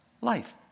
life